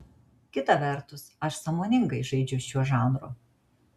kita vertus aš sąmoningai žaidžiu šiuo žanru